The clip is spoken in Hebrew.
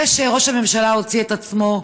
זה שראש הממשלה הוציא את עצמו,